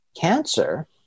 Cancer